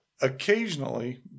occasionally